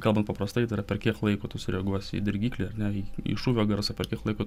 kalbant paprastai tai yra per kiek laiko tu sureaguosi į dirgiklį ar ne į į šūvio garsą per kiek laiko